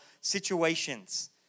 situations